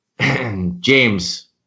James